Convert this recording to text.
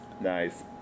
nice